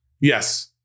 Yes